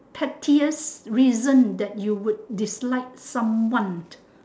pettiest reason that you would dislike someone